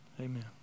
amen